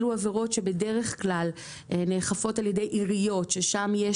אלו עבירות שבדרך כלל נאכפות על ידי עיריות שם יש